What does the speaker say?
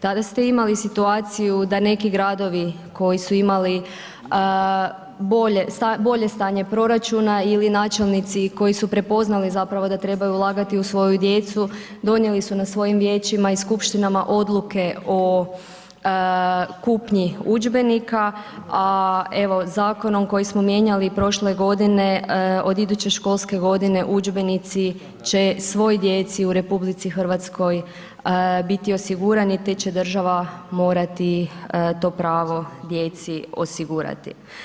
Tada ste imali situaciju, da neki gradovi, koje su imali bolje stanje proračuna ili načelnici koji su prepoznali zapravo da treba ulagati u svoju djecu, donijeli su na svojim vijećima i skupštinama odluke o kupnji udžbenika, a evo, zakonom koji smo mijenjali prošle godine, od iduće školske godini, udžbenici će svoj djeci u RH biti osigurani te će država morati to pravo djeci osigurati.